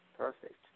perfect